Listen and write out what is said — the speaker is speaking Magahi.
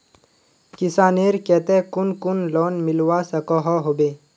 किसानेर केते कुन कुन लोन मिलवा सकोहो होबे?